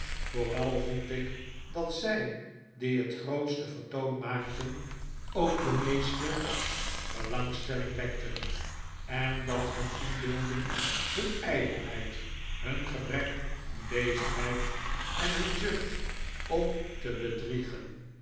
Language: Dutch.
vooral vond ik dat zij die het grootste vertoon maakten ook de meeste belangstelling wekten en dat hun inbeelding hun ijdelheid hun gebrek aan bezigheid en hun zucht om te bedriegen